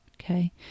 Okay